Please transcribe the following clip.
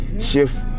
Shift